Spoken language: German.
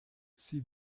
sie